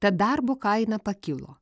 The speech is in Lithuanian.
tad darbo kaina pakilo